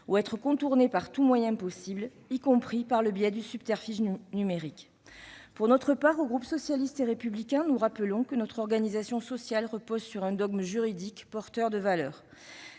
être contourné par tout moyen possible, y compris par le biais du subterfuge numérique. Pour notre part, au groupe socialiste et républicain, nous rappelons que notre organisation sociale repose sur un dogme juridique, porteur de valeurs.